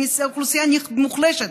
אוכלוסייה מוחלשת,